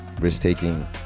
Risk-taking